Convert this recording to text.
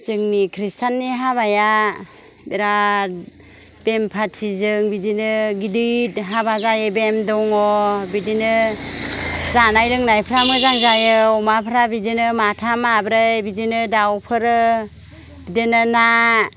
जोंनि कृस्टाननि हाबाया बिराथ बेंफाथिजों बिदिनो गिदिर हाबा जायो बेन दङ बिदिनो जानाय लोंनायफ्रा मोजां जायो अमाफ्रा बिदिनो माथाम माब्रै बिदिनो दावफोर बिदिनो ना